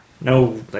no